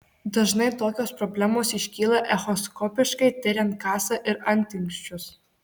dažnai tokios problemos iškyla echoskopiškai tiriant kasą ir antinksčius